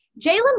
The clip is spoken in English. Jalen